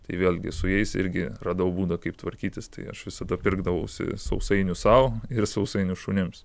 tai vėlgi su jais irgi radau būdą kaip tvarkytis tai aš visada pirkdavausi sausainius sau ir sausainius šunims